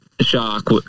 shock